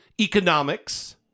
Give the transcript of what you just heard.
economics